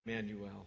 Emmanuel